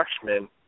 freshman